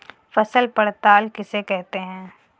फसल पड़ताल किसे कहते हैं?